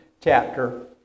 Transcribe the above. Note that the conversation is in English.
chapter